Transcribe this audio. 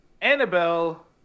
Annabelle